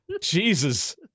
Jesus